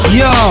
yo